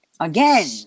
Again